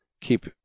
keep